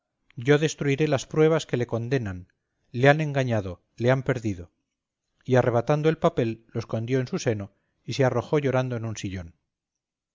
yo destruiré las pruebas que le condenan le han engañado le han perdido y arrebatando el papel lo escondió en su seno y se arrojó llorando en un sillón